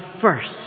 first